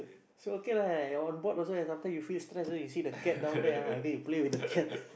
so okay lah on board also sometimes you feel stress ah you see the cat down there ah and then you play with the cat